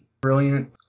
brilliant